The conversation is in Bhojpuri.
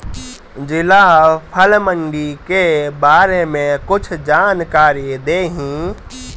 जिला फल मंडी के बारे में कुछ जानकारी देहीं?